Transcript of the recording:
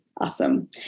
awesome